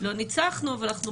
לא ניצחנו אבל אנחנו